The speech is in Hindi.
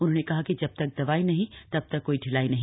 उन्होंने कहा कि जब तक दवाई नहींए तब तक कोई ढिलाई नहीं